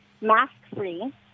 mask-free